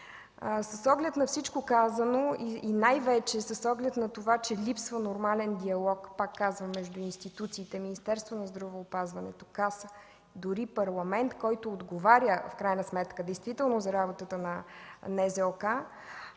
С оглед на всичко казано и най-вече с оглед на това, че липсва нормален диалог между институциите – Министерството на здравеопазването, Касата, дори Парламента, който отговаря в крайна